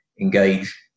engage